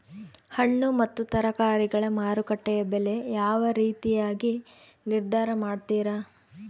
ಹಣ್ಣು ಮತ್ತು ತರಕಾರಿಗಳ ಮಾರುಕಟ್ಟೆಯ ಬೆಲೆ ಯಾವ ರೇತಿಯಾಗಿ ನಿರ್ಧಾರ ಮಾಡ್ತಿರಾ?